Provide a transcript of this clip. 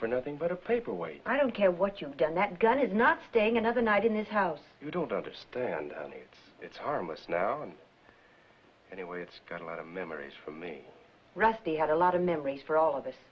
for nothing but a paper weight i don't care what you get that gun is not staying another night in this house you don't understand it's harmless now anyway it's got a lot of memories for me rusty had a lot of memories for all of us